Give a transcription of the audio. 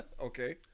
Okay